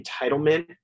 entitlement